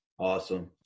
Awesome